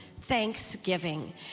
thanksgiving